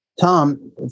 Tom